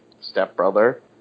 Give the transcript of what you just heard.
stepbrother